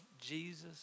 Jesus